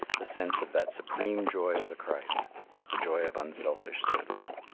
the sense of that supreme joy of the christ the joy of unselfish service.